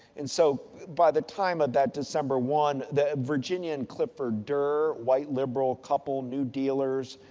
and, so by the time of that december one, the virginia and clifford durr, white liberal couple, new dealers.